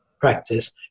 practice